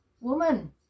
woman